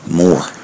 more